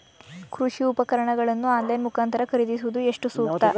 ಕೃಷಿ ಉಪಕರಣಗಳನ್ನು ಆನ್ಲೈನ್ ಮುಖಾಂತರ ಖರೀದಿಸುವುದು ಎಷ್ಟು ಸೂಕ್ತ?